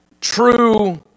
true